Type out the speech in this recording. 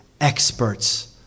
experts